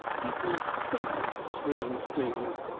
people think strange things.